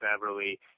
Beverly